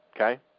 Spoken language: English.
okay